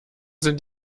sind